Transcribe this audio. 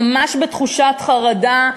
ממש בתחושת חרדה,